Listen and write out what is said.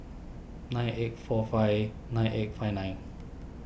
nine eight four five nine eight five nine